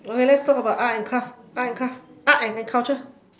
okay let's talk about art and craft art and craft art and and culture